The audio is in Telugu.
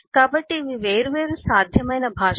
కాబట్టి ఇవి వేర్వేరు సాధ్యమైన భాషలు